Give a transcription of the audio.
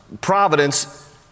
providence